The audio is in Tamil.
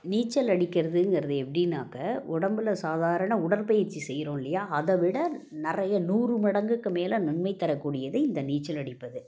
நீச்சல் அடிக்கிறதுங்கிறது எப்படின்னாக்க உடம்பில் சாதாரண உடற்பயிற்சி செய்கிறோல்லையா அதைவிட நிறைய நூறு மடங்குக்கு மேல் நன்மை தரக்கூடியது இந்த நீச்சல் அடிப்பது